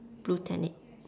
blue